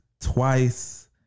twice